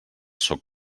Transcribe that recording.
sóc